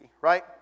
right